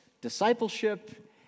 Discipleship